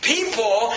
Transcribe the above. People